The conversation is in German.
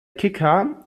kicker